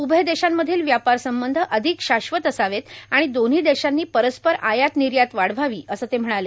उभय देशांमधील व्यापार संबंध अधिक शाश्वत असावे आणि दोन्ही देशांनी परस्पर आयात निर्यात वाढवावी असं ते म्हणाले